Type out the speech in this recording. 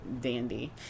dandy